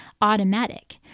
automatic